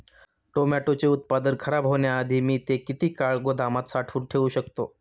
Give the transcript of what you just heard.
टोमॅटोचे उत्पादन खराब होण्याआधी मी ते किती काळ गोदामात साठवून ठेऊ शकतो?